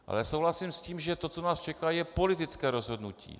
Ale souhlasím s tím, že to, co nás čeká, je politické rozhodnutí.